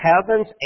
heavens